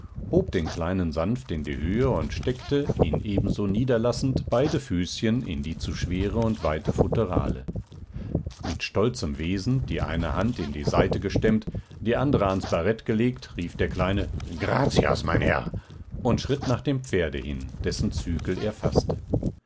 hob den kleinen sanft in die höhe und steckte ihn ebenso niederlassend beide füßchen in die zu schwere und weite futterale mit stolzem wesen die eine hand in die seite gestemmt die andere ans barett gelegt rief der kleine gratias mein herr und schritt nach dem pferde hin dessen zügel er faßte